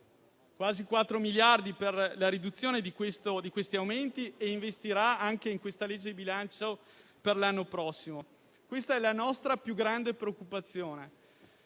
quasi 4 miliardi di euro - per la riduzione di questi aumenti e investirà anche in questa legge di bilancio per l'anno prossimo. Questa è la nostra più grande preoccupazione,